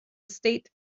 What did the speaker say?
state